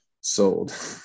Sold